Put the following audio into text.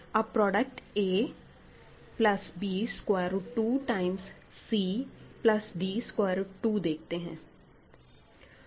अब product a plus b square root 2 times c plus d square root 2 देखते हैं